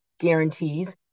guarantees